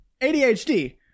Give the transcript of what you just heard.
adhd